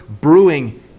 brewing